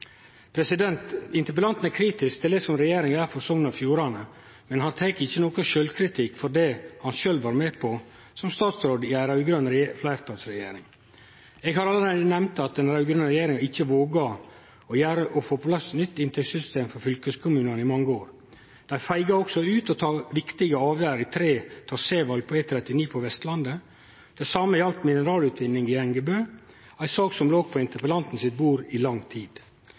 Interpellanten er kritisk til det som regjeringa gjer for Sogn og Fjordane, men han tek ikkje nokon sjølvkritikk på det han sjølv var med på, som statsråd i ei raud-grøn fleirtalsregjering. Eg har allereie nemnt at den raud-grøne regjeringa ikkje våga å få på plass nytt inntektssystem for fylkeskommunane i mange år. Dei var også feige når det gjaldt å ta avgjerd i tre viktige traséval for E39 på Vestlandet. Det same gjaldt mineralutvinning i Engebø, ei sak som låg på interpellanten sitt bord i lang tid.